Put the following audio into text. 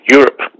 Europe